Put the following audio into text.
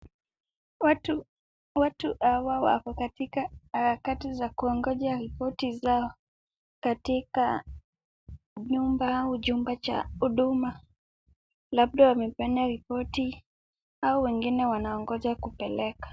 Watu hawa wako katika harakati za kungoja ripoti zao katika nyumba au jumba cha Huduma. Labda wamepeana ripoti au wengine wanangoja kupeleka.